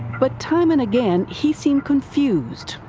but time and again he seemed confused.